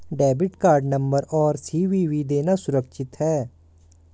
Debit card number और CVV देना सुरक्षित है?